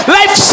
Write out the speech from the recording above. life